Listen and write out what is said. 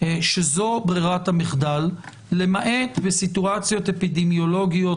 שזו ברירת המחדל למעט בסיטואציות אפידמיולוגית